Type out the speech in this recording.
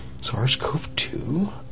SARS-CoV-2